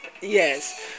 yes